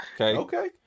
okay